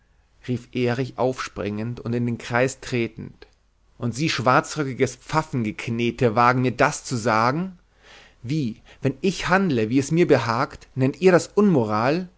rief erich aufspringend und in den kreis tretend und sie schwarzröckiges pfaffengeknete wagen das mir zu sagen wie wenn ich handele wie mir behagt nennt ihr das unmoral